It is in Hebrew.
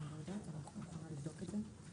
אני לא יודעת, אבל אני מוכנה לבדוק את זה.